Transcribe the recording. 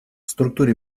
структуре